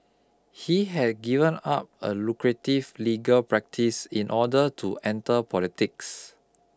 he had given up a lucrative legal practice in order to enter politics